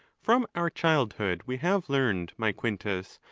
from our childhood we have learned, my quin tus,